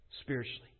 spiritually